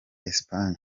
espagne